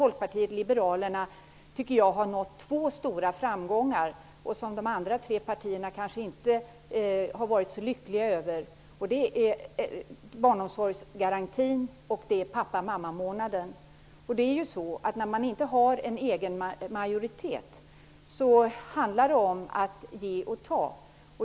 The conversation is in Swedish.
Folkpartiet liberalerna har, tycker jag, nått två stora framgångar som de andra tre partierna kanske inte har varit så lyckliga över. Det är barnomsorgsgarantin och pappa/mammamånaden. När man inte har en egen majoritet handlar det om att ge och ta.